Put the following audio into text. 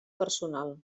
personal